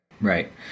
right